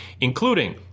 including